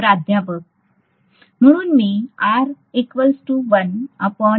प्राध्यापक म्हणून मी हे म्हणू शकते